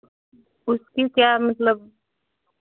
उसकी क्या मतलब